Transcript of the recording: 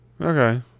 Okay